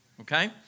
okay